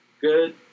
Good